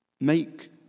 make